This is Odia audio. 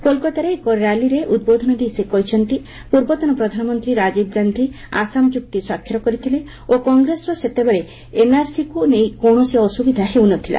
କୋଲକତାରେ ଏକ ର୍ୟାଲିରେ ଉଦ୍ବୋଧନ ଦେଇ ସେ କହିଛନ୍ତି ପୂର୍ବତନ ପ୍ରଧାନମନ୍ତ୍ରୀ ରାଜିବ ଗାନ୍ଧି ଆସାମ ଚୁକ୍ତି ସ୍ୱାକ୍ଷର କରିଥିଲେ ଓ କଂଗ୍ରେସର ସେତେବେଳେ ଏନ୍ଆର୍ସି କୁ ନେଇ କୌଣସି ଅସୁବିଧା ହେଉନଥିଲା